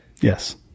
Yes